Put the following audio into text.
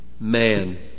Man